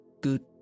good